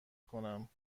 کنم